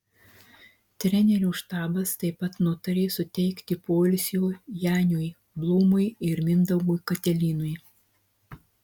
trenerių štabas taip pat nutarė suteikti poilsio janiui blūmui ir mindaugui katelynui